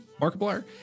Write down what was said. Markiplier